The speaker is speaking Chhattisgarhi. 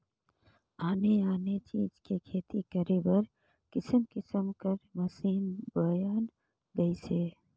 आने आने चीज के खेती करे बर किसम किसम कर मसीन बयन गइसे